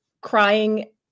crying